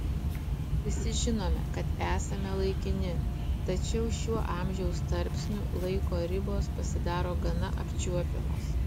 visi žinome kad esame laikini tačiau šiuo amžiaus tarpsniu laiko ribos pasidaro gana apčiuopiamos